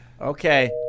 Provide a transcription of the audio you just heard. Okay